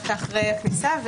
אחרי הכניסה.